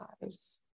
lives